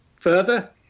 further